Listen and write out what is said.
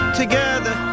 together